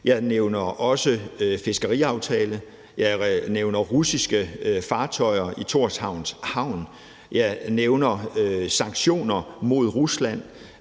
nævnte også fiskeriaftaler, jeg nævnte russiske fartøjer i Tórshavns havn, jeg nævnte sanktioner mod Rusland,